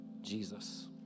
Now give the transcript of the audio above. Jesus